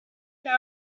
that